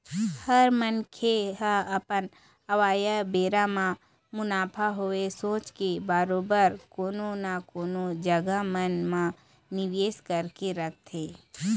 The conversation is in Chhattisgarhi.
हर मनखे ह अपन अवइया बेरा म मुनाफा होवय सोच के बरोबर कोनो न कोनो जघा मन म निवेस करके रखथे